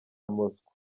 moscou